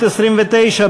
נגד, 49,